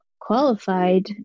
qualified